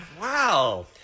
Wow